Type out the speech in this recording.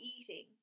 eating